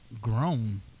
grown